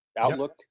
outlook